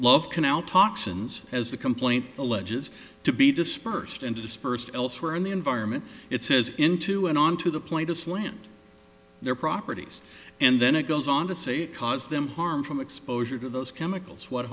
love canal toxins as the complaint alleges to be dispersed into dispersed elsewhere in the environment it says into and onto the plane to slant their properties and then it goes on to say it caused them harm from exposure to those chemicals what